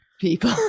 people